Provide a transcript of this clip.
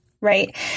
right